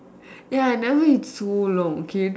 ya I never eat so long okay